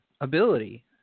ability